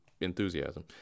enthusiasm